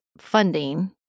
funding